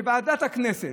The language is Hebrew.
שוועדת הכנסת,